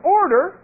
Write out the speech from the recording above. order